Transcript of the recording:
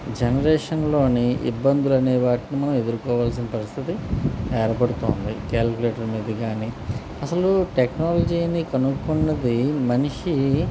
జనరేషన్లోని ఇబ్బందులు అనేవాటిని మనం ఎదుర్కోవాల్సిన పరిస్థితి ఏర్పడుతుంది క్యాలకులేటర్ మీది కాని అసలు టెక్నాలజీని కనుక్కున్నది మనిషి